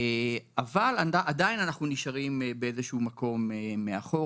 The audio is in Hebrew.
אבל עדיין אנחנו נשארים באיזשהו מקום מאחור,